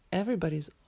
everybody's